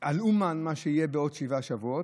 על אומן, מה שיהיה בעוד שבעה שבועות.